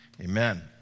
amen